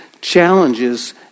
challenges